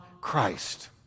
Christ